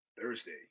Thursday